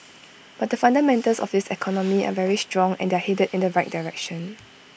but the fundamentals of this economy are very strong and they're headed in the right direction